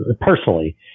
personally